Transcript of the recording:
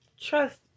Trust